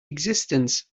existence